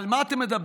על מה אתה מדבר,